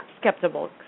skeptical